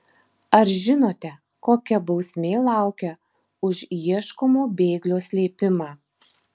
ar žinote kokia bausmė laukia už ieškomo bėglio slėpimą